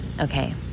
okay